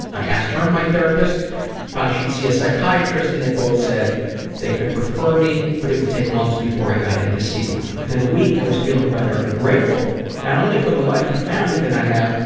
i asked her and my therapist if i should see a psychiatrist and they both said that they could refer me but it would take months before i got in to see one. within a week i was feeling better, and grateful not only for the life and family that i have,